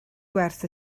gwerth